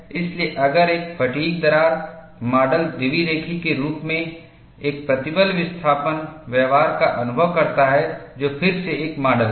इसलिए अगर एक फ़ैटिग् दरार मॉडल द्विरेखीय के रूप में एक प्रतिबल विस्थापन व्यवहार का अनुभव करता है जो फिर से एक मॉडल है